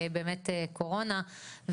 של קורונה.